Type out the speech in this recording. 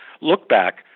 look-back